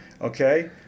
Okay